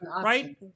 right